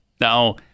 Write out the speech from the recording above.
Now